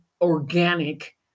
organic